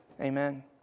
Amen